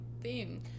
theme